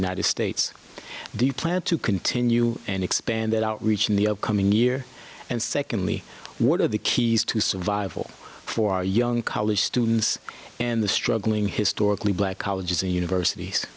united states do you plan to continue and expand that outreach in the upcoming year and secondly what are the keys to survival for our young college students and the struggling historically black colleges and universities